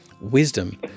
Wisdom